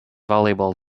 volleyball